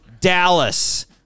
Dallas